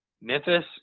Memphis